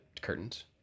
curtains